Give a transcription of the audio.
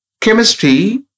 Chemistry